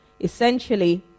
Essentially